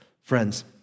Friends